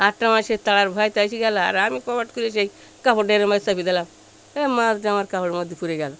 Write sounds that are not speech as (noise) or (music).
(unintelligible) মাছের (unintelligible) এসে গেল আর আমি কপাট খুলে যেই কাপড়টা এ রকম ভাবে চেপে দিলাম এ মাছটা আমার কাপড়ের মধ্যে পুরে গেল